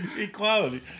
Equality